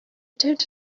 don’t